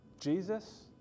Jesus